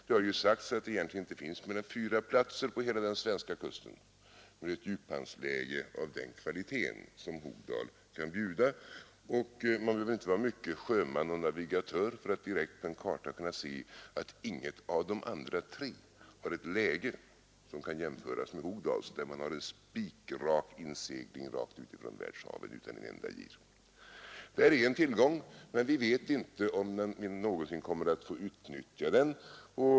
Det har sagts att det egentligen inte finns mer än fyra platser på hela den svenska kusten med ett djuphamnsläge av den kvaliteten som Hogdal kan bjuda. Man behöver inte vara mycket till sjöman eller navigatör för att direkt på en karta kunna se att ingen av de andra tre platserna har ett läge som kan jämföras med Hogdal, där man har en spikrak insegling från världshaven utan en enda gir. Där är en tillgång, men vi vet inte om vi någonsin kommer att få utnyttja den.